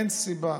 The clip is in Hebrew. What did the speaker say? אין סיבה